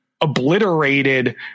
obliterated